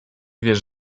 wiesz